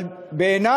אבל בעיני